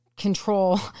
control